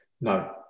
No